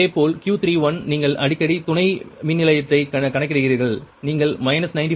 இதேபோல் Q31 நீங்கள் அடிக்கடி துணை மின்நிலையத்தை கணக்கிடுகிறீர்கள் நீங்கள் 94